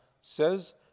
says